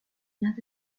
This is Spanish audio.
una